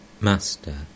master